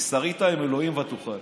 "כי שרית עם אלהים, ותוכל".